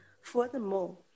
Furthermore